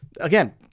again